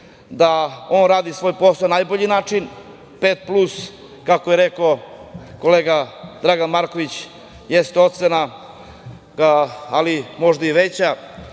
da on radi svoj posao na najbolji način, pet plus, kako je rekao kolega Dragan Marković, jeste ocena, ali možda i veća.